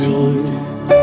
Jesus